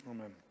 Amen